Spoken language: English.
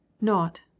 Not